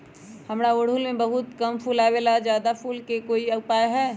हमारा ओरहुल में बहुत कम फूल आवेला ज्यादा वाले के कोइ उपाय हैं?